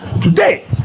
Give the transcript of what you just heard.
Today